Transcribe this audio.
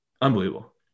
Unbelievable